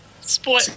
Spoil